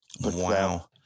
Wow